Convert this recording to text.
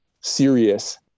serious